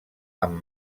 amb